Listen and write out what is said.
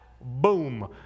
Boom